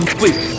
please